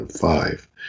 Five